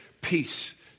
peace